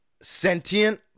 sentient